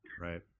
right